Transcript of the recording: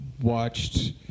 watched